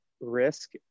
risk